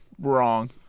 wrong